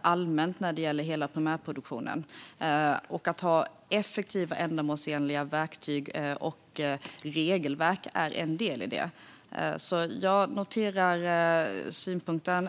allmänt när det gäller hela primärproduktionen. Att ha effektiva och ändamålsenliga verktyg och regelverk är en del i det. Jag noterar synpunkten.